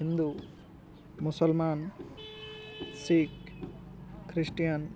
ହିନ୍ଦୁ ମୁସଲମାନ ଶିଖ ଖ୍ରୀଷ୍ଟିୟାନ